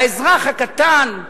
לאזרח הקטן,